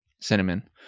Cinnamon